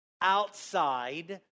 outside